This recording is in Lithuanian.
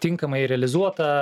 tinkamai realizuota